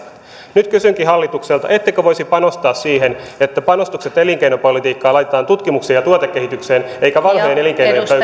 nyt kysynkin hallitukselta ettekö voisi panostaa siihen että panostukset elinkeinopolitiikkaan laitetaan tutkimukseen ja tuotekehitykseen eikä vanhojen elinkeinojen